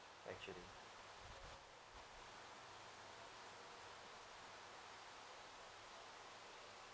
actually